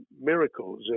miracles